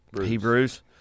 Hebrews